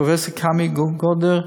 פרופסור קמי גודר,